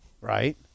right